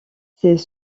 c’est